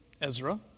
Ezra